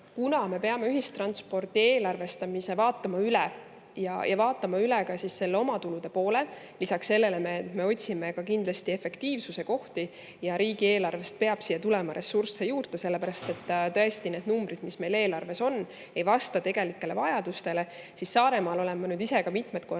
puhul me peame ühistranspordi eelarvestamise vaatama üle ja vaatama üle ka omatulude poole, lisaks sellele me otsime kindlasti efektiivsuse kohti ja riigieelarvest peab siia tulema ressursse juurde, sellepärast et tõesti, need numbrid, mis meil eelarves on, ei vasta tegelikele vajadustele. Saaremaal olen ma nüüd ise ka mitmed korrad